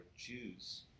Jews